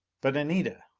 but anita